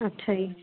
ਅੱਛਾ ਜੀ